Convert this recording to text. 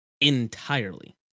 entirely